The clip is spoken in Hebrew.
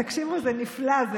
תקשיבו, זה נפלא.